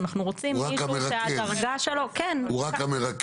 אנחנו רוצים מישהו שהדרגה שלו --- הוא רק המרכז.